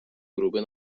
gruby